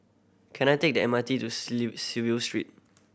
can I take the M R T to Street